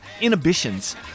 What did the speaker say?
inhibitions